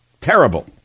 Terrible